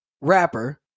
rapper